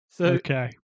Okay